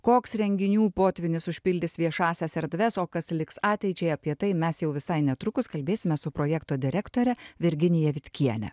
koks renginių potvynis užpildys viešąsias erdves o kas liks ateičiai apie tai mes jau visai netrukus kalbėsime su projekto direktore virginija vitkiene